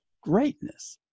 greatness